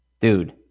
Dude